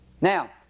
Now